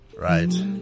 Right